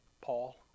Paul